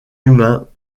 humain